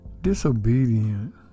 disobedient